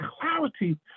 clarity